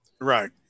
Right